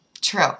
True